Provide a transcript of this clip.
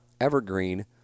Evergreen